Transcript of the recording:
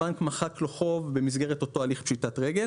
הבנק מחק לו חוב במסגרת אותו הליך פשיטת רגל